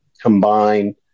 combine